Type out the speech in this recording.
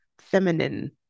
feminine